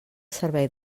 servei